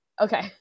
Okay